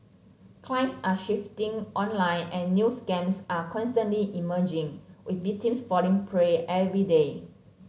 claims are shifting online and new scams are constantly emerging with victims falling prey every day